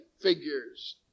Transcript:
figures